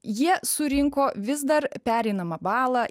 jie surinko vis dar pereinamą balą